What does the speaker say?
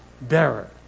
bearer